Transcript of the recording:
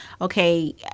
Okay